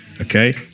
okay